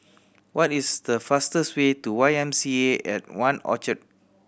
what is the fastest way to Y M C A at One Orchard